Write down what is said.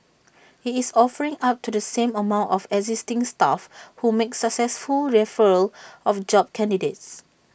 IT is offering up to the same amount for existing staff who make successful referrals of job candidates